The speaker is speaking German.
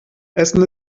essen